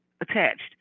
attached